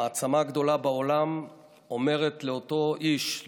המעצמה הגדולה בעולם אומרת לאותו איש,